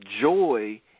joy